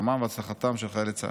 לשלומם והצלחתם של חיילי צה"ל.